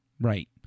Right